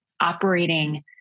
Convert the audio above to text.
operating